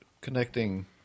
connecting